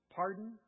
pardon